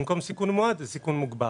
במקום סיכון מועט זה סיכון מוגבר.